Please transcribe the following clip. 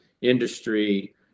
industry